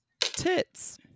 tits